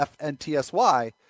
FNTSY